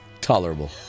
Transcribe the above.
Tolerable